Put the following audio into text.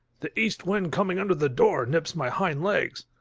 the east wind coming under the door nips my hind-legs.